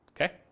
Okay